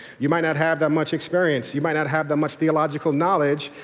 you might not have that much experience, you might not have that much theological knowledge.